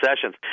sessions